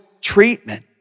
treatment